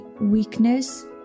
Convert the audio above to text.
weakness